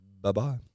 Bye-bye